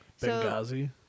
Benghazi